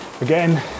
again